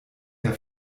der